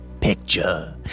Picture